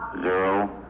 zero